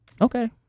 Okay